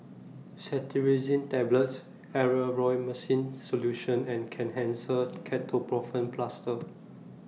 Cetirizine Tablets Erythroymycin Solution and Kenhancer Ketoprofen Plaster